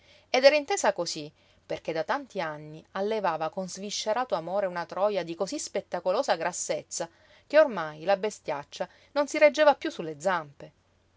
ed era intesa cosí perché da tanti anni allevava con sviscerato amore una troja di cosí spettacolosa grassezza che ormai la bestiaccia non si reggeva piú su le zampe